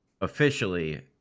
officially